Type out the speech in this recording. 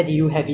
jie